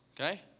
Okay